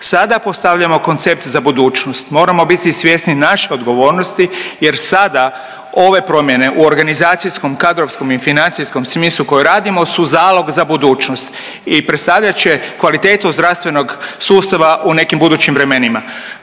Sada postavljamo koncept za budućnost, moramo biti svjesni naše odgovornosti jer sada ove promjene u organizacijskom, kadrovskom i financijskom smislu koji radimo su zalog za budućnost i predstavljat će kvalitetu zdravstvenog sustava u nekim budućim vremenima.